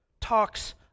talks